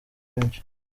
benshi